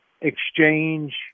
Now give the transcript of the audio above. exchange